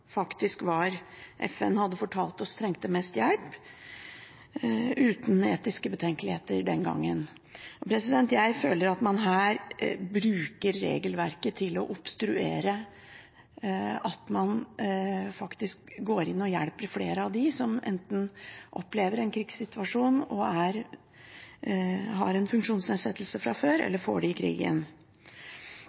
faktisk hadde fortalt oss trengte mest hjelp, uten etiske betenkeligheter den gangen. Jeg føler at man her bruker regelverket til å obstruere at man faktisk går inn og hjelper flere av dem som enten opplever en krigssituasjon og har en funksjonsnedsettelse fra før, eller får det i krigen.